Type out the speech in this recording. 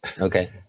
Okay